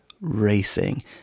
racing